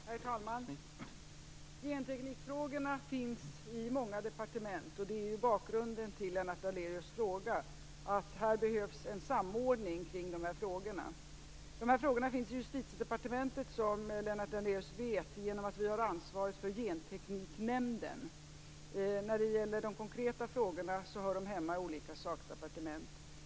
Herr talman! Genteknikfrågorna finns i många departement. Det är bakgrunden till Lennart Daléus fråga. Det behövs en samordning kring dessa frågor. Frågorna finns i Justitiedepartementet, som Lennart Daléus vet, genom att vi har ansvaret för Gentekniknämnden. De konkreta frågorna hör hemma i olika sakdepartement.